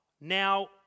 now